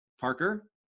Parker